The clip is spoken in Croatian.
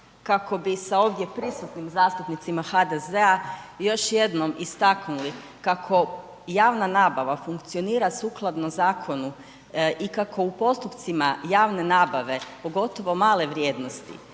kako bi sa ovdje prisutnim zastupnicima HDZ-a još jednom istaknuli kako javna nabava funkcionira sukladno zakonu i kako u postupcima javne nabave pogotovo male vrijednosti,